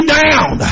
down